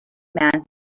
man